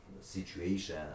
situation